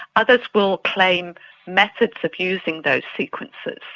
others will claim methods of using those sequences.